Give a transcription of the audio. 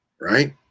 Right